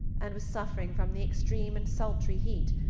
and was suffering from the extreme and sultry heat,